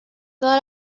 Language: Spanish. todas